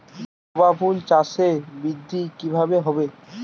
জবা ফুল চাষে বৃদ্ধি কিভাবে হবে?